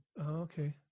okay